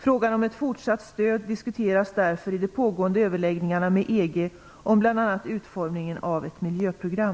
Frågan om ett fortsatt stöd diskuteras därför i de pågående överläggningarna med EG om bl.a. utformningen av ett miljöprogram.